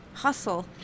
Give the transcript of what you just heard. Hustle